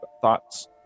thoughts